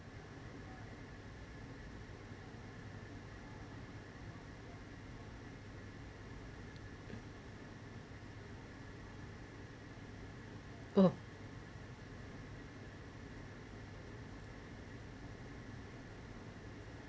oh